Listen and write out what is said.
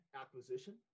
acquisition